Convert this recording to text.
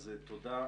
אז תודה.